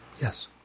Yes